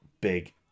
big